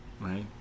right